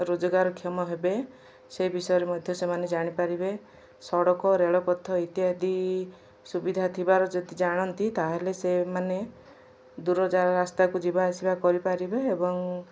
ରୋଜଗାରକ୍ଷମ ହେବେ ସେ ବିଷୟରେ ମଧ୍ୟ ସେମାନେ ଜାଣିପାରିବେ ସଡ଼କ ରେଳପଥ ଇତ୍ୟାଦି ସୁବିଧା ଥିବାର ଯଦି ଜାଣନ୍ତି ତାହେଲେ ସେମାନେ ଦୂରଜାଗା ରାସ୍ତାକୁ ଯିବା ଆସିବା କରିପାରିବେ ଏବଂ